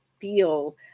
feel